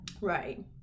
Right